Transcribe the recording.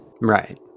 right